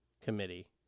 Committee